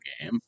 game